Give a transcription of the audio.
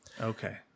okay